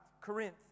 Corinth